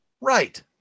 Right